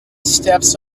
steps